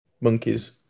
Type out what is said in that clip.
monkeys